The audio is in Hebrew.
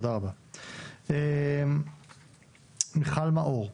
מיכל מאיר,